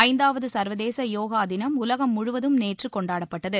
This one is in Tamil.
ஐந்தாவது சா்வதேச யோகா தினம் உலகம் முழுவதும் நேற்று கொண்டாடப்பட்டது